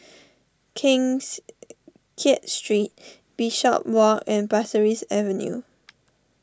Keng Kiat Street Bishopswalk and Pasir Ris Avenue